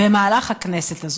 במהלך הכנסת הזאת.